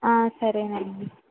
సరేనండి